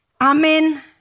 Amen